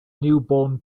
newborn